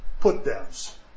put-downs